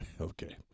Okay